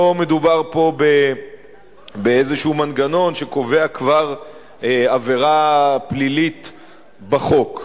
לא מדובר פה באיזה מנגנון שקובע עבירה פלילית בחוק.